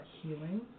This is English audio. healing